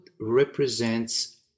represents